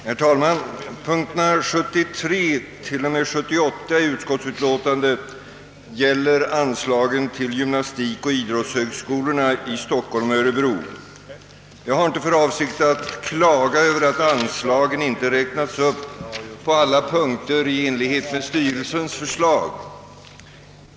Herr talman! Punkterna 73—78 i utskottsutlåtandet gäller anslagen till gymnastikoch idrottshögskolorna i Stockholm och Örebro. Jag har inte för avsikt att klaga över att anslagen ej räknats upp på alla punkter i enlighet med förslagen från skolornas styrelse.